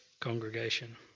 congregation